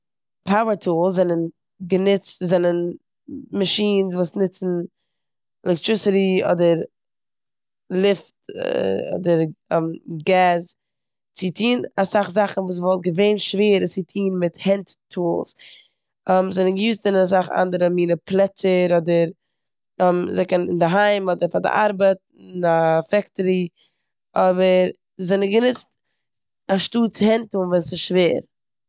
פאווער טולס זענען גענוצט- זענען מאשינס וואס נוצן עלעקטריסיטי אדער לופט אדער געז צו טון אסאך זאכן וואס וואלט געווען שווער עס צו טון מיט הענט טולס. זיי זענען געיוזט אין אסאך אנדערערע מינע פלעצער, אדער זיי קענע- אינדערהיים, אדער פאר די ארבעט, אין א פעקטערי, אבער זיי זענען גענוצט אנשטאט הענט טולן ווען ס'שווער.